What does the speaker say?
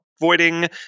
avoiding